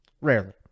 Rarely